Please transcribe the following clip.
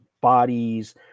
bodies